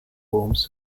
homes